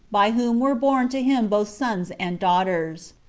by whom were born to him both sons and daughters.